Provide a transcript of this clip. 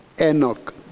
Enoch